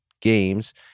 games